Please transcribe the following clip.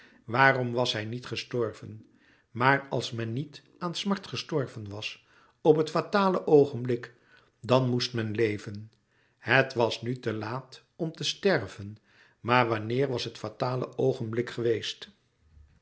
waarom was hij niet gestorven maar als men niet aan smart gestorven was op het fatale oogenblik dan moest men leven het was nu te laat om te sterven maar wanneer was het fatale oogenblik geweest